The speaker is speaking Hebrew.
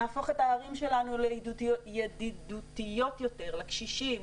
נהפוך את הערים שלנו לידידותיות יותר לקשישים,